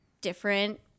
different